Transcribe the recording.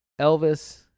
Elvis